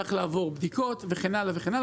צריך לעבור בדיקות וכן הלאה.